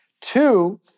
Two